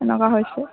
এনেকুৱা হৈছে